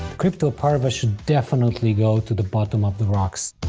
crypto parva should definitely go to the bottom of the rocks.